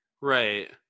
Right